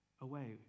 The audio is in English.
away